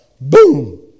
Boom